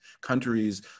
countries